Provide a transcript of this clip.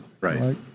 Right